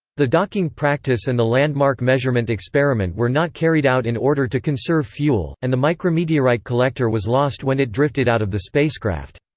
the docking practice and the landmark measurement experiment were not carried out in order to conserve fuel, and the micrometeorite collector was lost when it drifted out of the spacecraft.